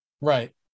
Right